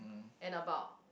and about